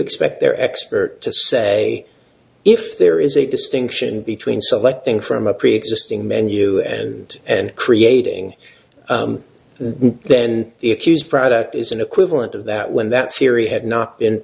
expect their expert to say if there is a distinction between selecting from a preexisting menu and and creating the then it used product is an equivalent of that when that theory had not been